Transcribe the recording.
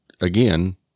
again